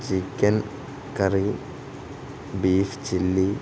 chicken curry beef chilly